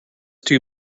too